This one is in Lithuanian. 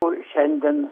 o šiandien